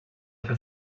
fer